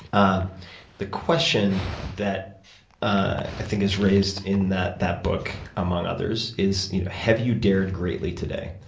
um the question that i think is raised in that that book, among others, is you know have you dared greatly today?